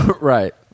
right